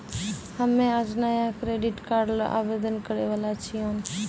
हम्मे आज नया क्रेडिट कार्ड ल आवेदन करै वाला छियौन